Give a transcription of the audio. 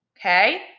okay